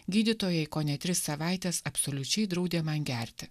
gydytojai kone tris savaites absoliučiai draudė man gerti